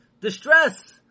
distress